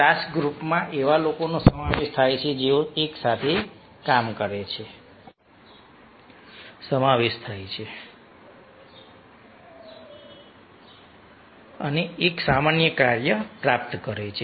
task ગ્રૂપમાં એવા લોકોનો સમાવેશ થાય છે જેઓ એકસાથે કામ કરે છે અને એક સામાન્ય કાર્ય પ્રાપ્ત કરે છે